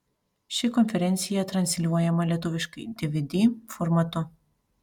ši konferencija transliuojama lietuviškai dvd formatu